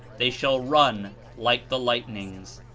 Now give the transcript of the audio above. they shall run like the lightnings.